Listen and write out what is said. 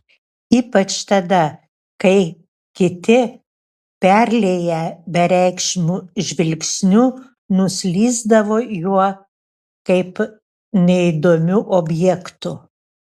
ypač tada kai kiti perlieję bereikšmiu žvilgsniu nuslysdavo juo kaip neįdomiu objektu